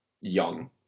young